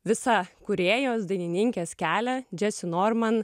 visa kūrėjos dainininkės kelią džestinorman